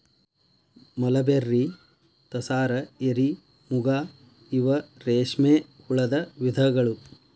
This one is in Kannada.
ಮಲಬೆರ್ರಿ, ತಸಾರ, ಎರಿ, ಮುಗಾ ಇವ ರೇಶ್ಮೆ ಹುಳದ ವಿಧಗಳು